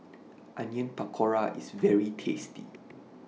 Onion Pakora IS very tasty